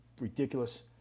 ridiculous